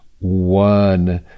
One